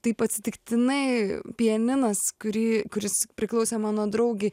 taip atsitiktinai pianinas kurį kuris priklausė mano draugei